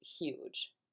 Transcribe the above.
huge